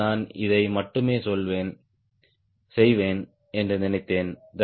இன்று நான் இதை மட்டுமே செய்வேன் என்று நினைத்தேன்